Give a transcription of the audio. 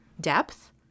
depth